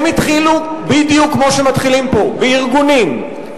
הם התחילו בדיוק כמו שמתחילים פה, בארגונים.